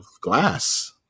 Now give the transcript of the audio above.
Glass